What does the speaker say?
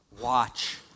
Watch